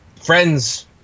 friends